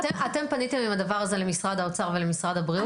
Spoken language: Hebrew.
אתם פניתם עם הדבר הזה למשרד האוצר ולמשרד הבריאות?